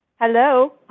Hello